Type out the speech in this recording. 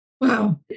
Wow